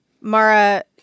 Mara